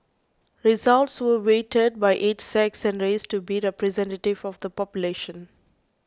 results were weighted by age sex and race to be representative of the population